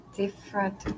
different